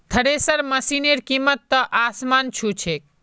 thresher मशिनेर कीमत त आसमान छू छेक